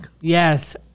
Yes